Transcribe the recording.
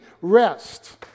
rest